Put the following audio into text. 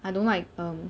I don't like um